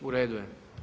U redu je.